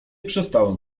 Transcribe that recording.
przestałem